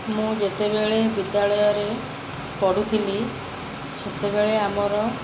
ମୁଁ ଯେତେବେଳେ ବିଦ୍ୟାଳୟରେ ପଢ଼ୁଥିଲି ସେତେବେଳେ ଆମର